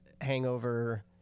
hangover